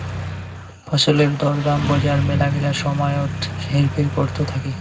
ফছলের দর দাম বজার মেলাগিলা সময়ত হেরফের করত থাকি